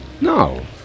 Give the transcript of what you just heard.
No